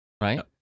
right